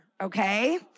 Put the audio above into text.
okay